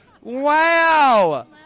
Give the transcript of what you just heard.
Wow